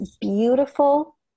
beautiful